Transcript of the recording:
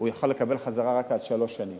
הוא יוכל לקבל החזר רק על שלוש שנים,